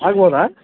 ಆಗ್ಬೋದಾ